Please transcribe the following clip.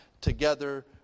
together